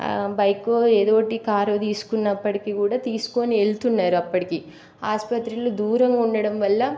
bike ఏదో ఒకటి కారో తీసుకున్నప్పటికి కూడా తీసుకొని వెళ్తున్నారు అప్పటికి ఆసుపత్రులు దూరంగా ఉండటం వల్ల